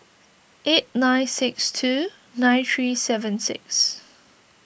eight nine six two nine three seven six